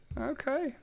Okay